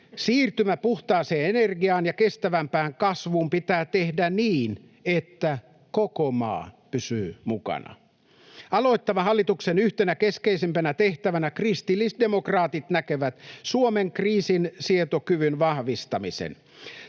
Siirtymä puhtaaseen energiaan ja kestävämpään kasvuun pitää tehdä niin, että koko maa pysyy mukana. Aloittavan hallituksen yhtenä keskeisimpänä tehtävänä kristillisdemokraatit näkevät Suomen kriisinsietokyvyn vahvistamisen.